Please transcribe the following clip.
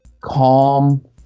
calm